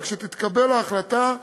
כשתתקבל ההחלטה,